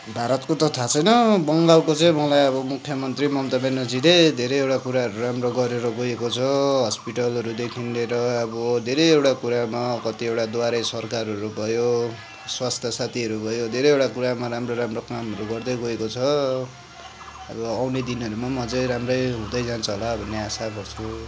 भारतको त थाहा छैन बङ्गालको चाहिँ मलाई अब मुख्य मन्त्री ममता ब्यानर्जीले धेरैवटा कुराहरू राम्रो गरेर गएको छ हस्पिटलहरूदेखिन् लिएएर अब धेरैवटा कुरामा कतिवटा द्वारे सरकारहरू भयो स्वास्थ्य साथीहरू भयो धेरैवटा कुरामा राम्रो राम्रो कामहरू गर्दै गएको छ अब आउने दिनहरूमा पनि अझै राम्रै हुँदै जान्छ होला भन्ने आशा गर्छु